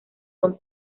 son